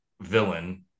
villain